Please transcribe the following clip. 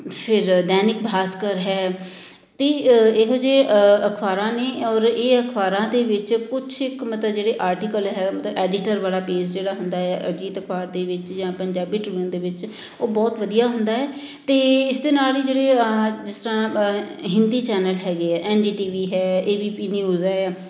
ਫਿਰ ਦੈਨਿਕ ਭਾਸਕਰ ਹੈ ਅਤੇ ਇਹੋ ਜਿਹੇ ਅਖਬਾਰਾਂ ਨੇ ਔਰ ਇਹ ਅਖਬਾਰਾਂ ਦੇ ਵਿੱਚ ਕੁਛ ਇੱਕ ਮਤਲਬ ਜਿਹੜੇ ਆਰਟੀਕਲ ਹੈ ਮਤਲਬ ਐਡੀਟਰ ਵਾਲਾ ਪੇਜ ਜਿਹੜਾ ਹੁੰਦਾ ਹੈ ਅਜੀਤ ਅਖਬਾਰ ਦੇ ਵਿੱਚ ਜਾਂ ਪੰਜਾਬੀ ਟ੍ਰਿਬਿਊਨ ਦੇ ਵਿੱਚ ਉਹ ਬਹੁਤ ਵਧੀਆ ਹੁੰਦਾ ਏ ਅਤੇ ਇਸ ਦੇ ਨਾਲ ਹੀ ਜਿਹੜੇ ਜਿਸ ਤਰ੍ਹਾਂ ਹਿੰਦੀ ਚੈਨਲ ਹੈਗੇ ਹੈ ਐੱਨ ਡੀ ਟੀ ਵੀ ਹੈ A B P news A